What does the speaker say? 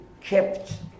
kept